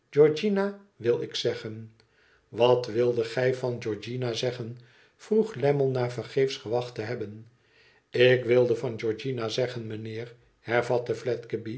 wil ik zeggen wat wildet gij van georgiana zeggen vroeg lammie na tevergeefis gewacht te hebben ik wilde van georgiana zeggen meneer hervatte